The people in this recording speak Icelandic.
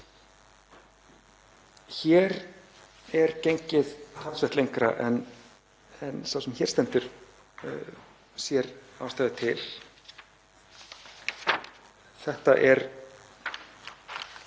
Hér er gengið talsvert lengra en sá sem hér stendur sér ástæðu til. Eins og